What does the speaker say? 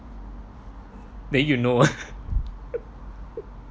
then you know